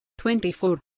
24